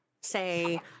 say